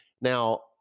Now